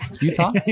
Utah